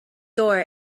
door